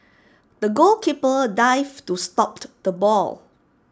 the goalkeeper dived to stop the ball